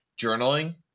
journaling